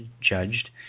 judged